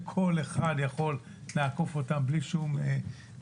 יו"ר ועדת החוץ והביטחון: -- שכל אחד יכול לעקוף אותם בלי שום קושי.